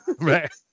Right